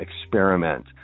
experiment